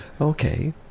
Okay